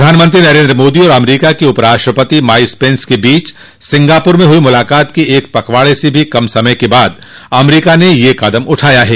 प्रधानमंत्री नरेंद्र मोदी और अमरीका के उपराष्ट्रपति माइस पेंस के बीच सिंगापुर में हुई मुलाकात के एक पखवाड़े से भी कम समय के बाद अमरीका ने यह कदम उठाया है